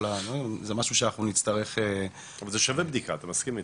זה משהו שאנחנו נצטרך עוד -- אבל זה שווה בדיקה אתה מסכים איתי.